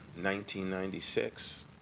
1996